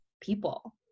people